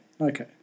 Okay